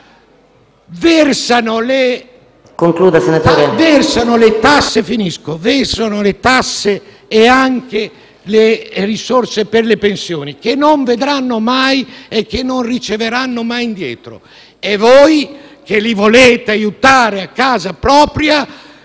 pagano le tasse, contributi per pensioni che non vedranno mai e che non riceveranno mai indietro; e voi, che li volete aiutare a casa propria,